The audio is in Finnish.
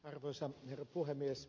arvoisa herra puhemies